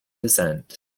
descent